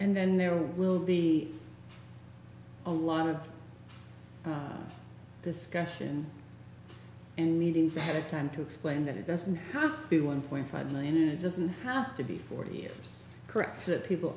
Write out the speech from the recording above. and then there will be a lot of discussion and needing to have time to explain that it doesn't have to be one point five million it doesn't have to be forty years correct that people